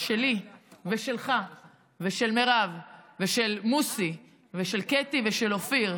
שלי ושלך ושל מרב ושל מוסי ושל קטי ושל אופיר,